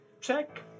check